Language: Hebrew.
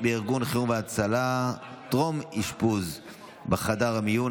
בארגון חירום והצלה טרום אשפוז או בחדר מיון),